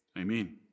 Amen